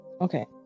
Okay